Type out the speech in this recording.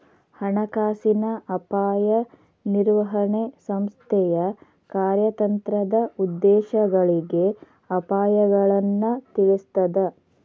ಹಣಕಾಸಿನ ಅಪಾಯ ನಿರ್ವಹಣೆ ಸಂಸ್ಥೆಯ ಕಾರ್ಯತಂತ್ರದ ಉದ್ದೇಶಗಳಿಗೆ ಅಪಾಯಗಳನ್ನ ತಿಳಿಸ್ತದ